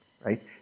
right